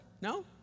No